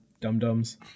dum-dums